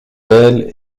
ailes